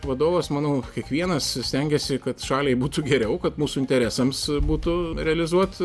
vadovas manau kiekvienas stengiasi kad šaliai būtų geriau kad mūsų interesams būtų realizuot